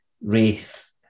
Wraith